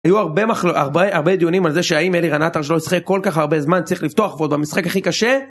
היו הרבה דיונים על זה שהאם אלי רנאטר שלא ישחק כל כך הרבה זמן צריך לפתוח ועוד במשחק הכי קשה